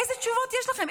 אילו תשובות יש לכם?